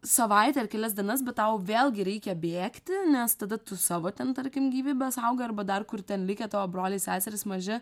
savaitę ar kelias dienas bet tau vėlgi reikia bėgti nes tada tu savo ten tarkim gyvybę saugai arba dar kur ten likę tavo broliai seserys maži